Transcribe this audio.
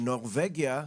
בנורבגיה,